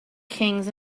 kings